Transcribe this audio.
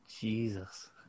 Jesus